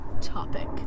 topic